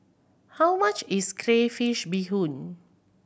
how much is crayfish beehoon